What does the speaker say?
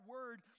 Word